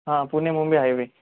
हां पुणे मुंबई हायवे